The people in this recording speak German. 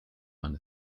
man